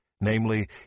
namely